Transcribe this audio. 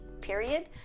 period